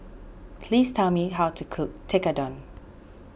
please tell me how to cook Tekkadon